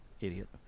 Idiot